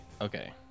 Okay